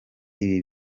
ibi